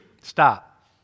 Stop